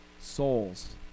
souls